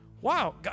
wow